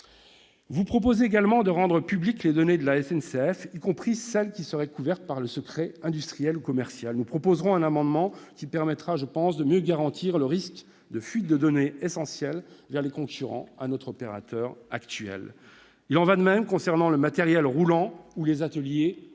Vous proposez également de rendre publiques les données de la SNCF, y compris celles qui seraient couvertes par le secret industriel ou commercial. Nous présenterons un amendement dont l'adoption permettrait, je pense, de mieux garantir le risque de fuites de données essentielles vers les concurrents de notre opérateur actuel. Il en va de même concernant le matériel roulant ou les ateliers